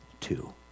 two